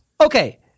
okay